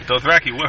Dothraki